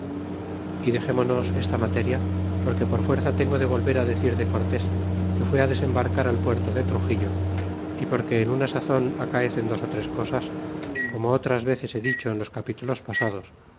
y dexemonos esta materia porque por fuerza tengo de volver á decir de cortés que fué á desembarcar al puerto de truxillo y porque en una sazon acaecen dos ó tres cosas como otras veces he dicho en los capítulos pasados